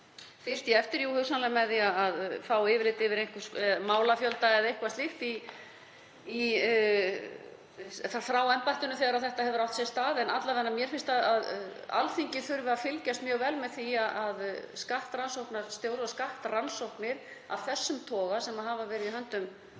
fylgt því eftir. Jú, hugsanlega með því að fá yfirlit yfir málafjölda eða eitthvað slíkt frá embættinu þegar þetta hefur átt sér stað. Alla vega finnst mér Alþingi þurfa að fylgjast mjög vel með því að skattrannsóknarstjóri og skattrannsóknir af þessum toga, sem hafa verið í höndum